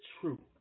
true